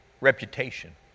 reputation